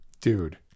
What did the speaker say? Dude